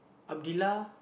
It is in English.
Abdillah